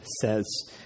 says